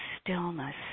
stillness